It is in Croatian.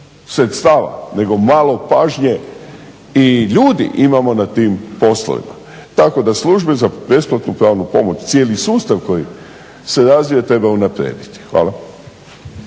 sredstava nego malo pažnje i ljudi imamo na tim poslovima, tako da službe za besplatnu pravnu pomoć, cijeli sustav koji se razvije treba unaprijediti. Hvala.